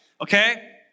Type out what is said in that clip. Okay